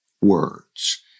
words